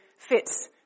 fits